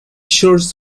church